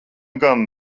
gan